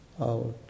out